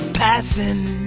passing